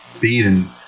beaten